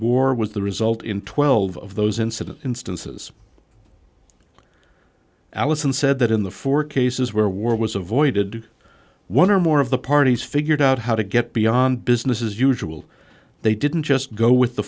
war was the result in twelve of those incident instances alison said that in the four cases where war was avoided one or more of the parties figured out how to get beyond business as usual they didn't just go with the